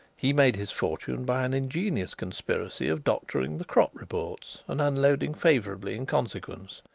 he made his fortune by an ingenious conspiracy of doctoring the crop reports and unloading favourably in consequence.